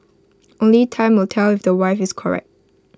only time will tell if the wife is correct